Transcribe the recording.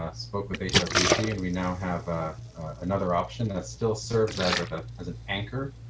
ah spoke with a sharpie and we now have ah another option that's still serves as ah a as an anchor,